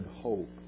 hope